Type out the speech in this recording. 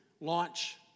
launch